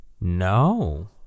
No